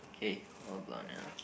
okay hold on ah